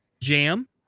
jam